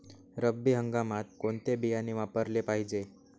रब्बी हंगामात कोणते बियाणे वापरले पाहिजे?